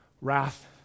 wrath